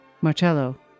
Marcello